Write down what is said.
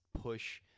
push